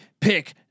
pick